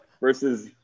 versus